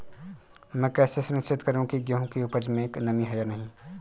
मैं कैसे सुनिश्चित करूँ की गेहूँ की उपज में नमी है या नहीं?